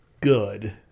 good